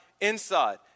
inside